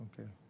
Okay